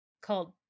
called